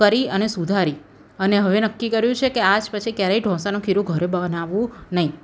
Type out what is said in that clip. કરી અને સુધારી અને હવે નક્કી કર્યું છે કે આજ પછી ક્યારેય ઢોસાનું ખીરું ઘરે બનાવવું નહીં